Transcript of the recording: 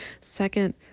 Second